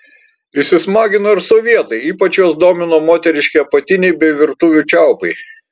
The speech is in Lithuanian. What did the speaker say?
įsismagino ir sovietai ypač juos domino moteriški apatiniai bei virtuvių čiaupai